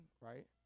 right